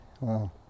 Wow